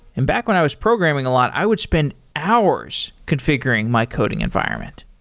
and back when i was programming a lot, i would spend hours configuring my coding environment,